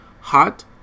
Hot